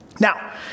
Now